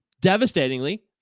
devastatingly